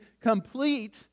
complete